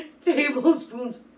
tablespoons